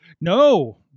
No